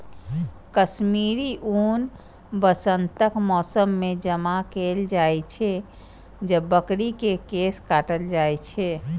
कश्मीरी ऊन वसंतक मौसम मे जमा कैल जाइ छै, जब बकरी के केश काटल जाइ छै